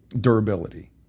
durability